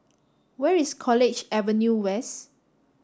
where is College Avenue West